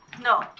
No